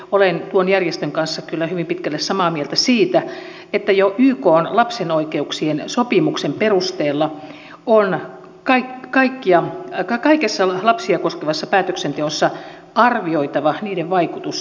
olen tuon järjestön kanssa kyllä hyvin pitkälle samaa mieltä siitä että jo ykn lapsen oikeuksien sopimuksen perusteella on kaikessa lapsia koskevassa päätöksenteossa arvioitava sen vaikutus lapsiin